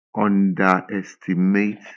underestimate